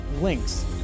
links